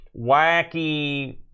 wacky